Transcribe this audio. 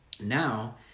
Now